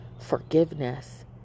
forgiveness